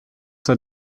sei